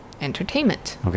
entertainment